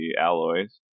alloys